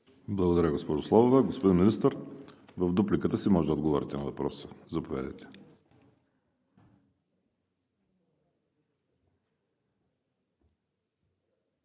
Благодаря, госпожо Славова. Господин Министър, в дупликата си може да отговорите на въпроса. Заповядайте.